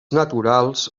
naturals